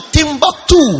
Timbuktu